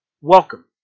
welcome